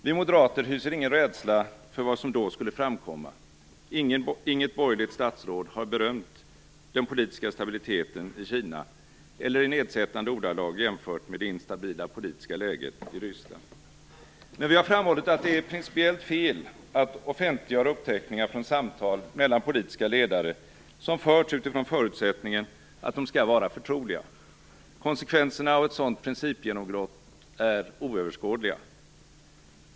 Vi moderater hyser ingen rädsla för vad som då skulle framkomma - inget borgerligt statsråd har berömt den politiska stabiliteten i Kina eller i nedsättande ordalag jämfört med det instabila politiska läget i Ryssland - men vi har framhållit att det är principiellt fel att offentliggöra uppteckningar från samtal mellan politiska ledare som förts utifrån förutsättningen att de skall vara förtroliga. Konsekvenserna av ett sådant principgenombrott är oöverskådliga.